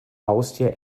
haustier